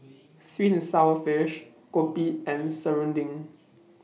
Sweet and Sour Fish Kopi and Serunding